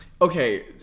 Okay